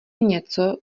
něco